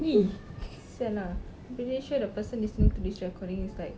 !ee! !siala! I'm pretty sure the person listening to this recording is like